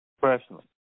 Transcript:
personally